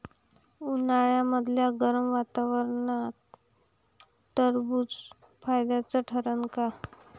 उन्हाळ्यामदल्या गरम वातावरनात टरबुज फायद्याचं ठरन का?